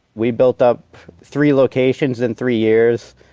we built up three locations in three years.